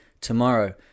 tomorrow